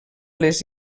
les